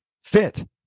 fit